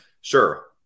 sure